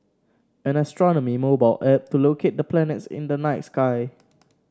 an astronomy mobile app to locate the planets in the night sky